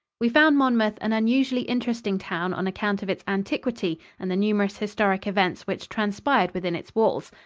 we found monmouth an unusually interesting town on account of its antiquity and the numerous historic events which transpired within its walls.